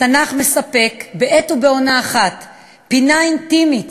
התנ"ך מספק בעת ובעונה אחת פינה אינטימית